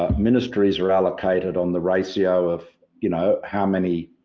ah ministries are allocated on the ratio of you know, how many